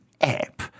app